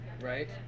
Right